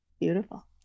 beautiful